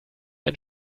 ein